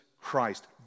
Christ